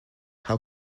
how